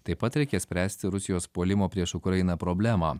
taip pat reikės spręsti rusijos puolimo prieš ukrainą problemą